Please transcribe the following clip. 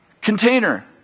container